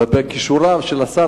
ובכישוריו של השר,